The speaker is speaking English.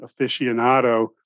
aficionado